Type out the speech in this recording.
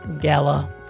gala